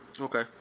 Okay